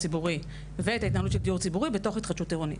הציבורי ואת ההתנהלות של הדיור הציבורי בתוך התחדשות עירונית.